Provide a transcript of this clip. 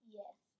yes